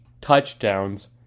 touchdowns